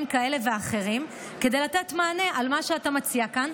כאלה ואחרים כדי לתת מענה למה שאתה מציע כאן,